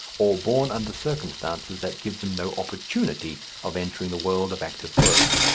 or born under circumstances that give them no opportunity of entering the world of active work.